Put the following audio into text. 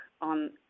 on